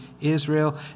Israel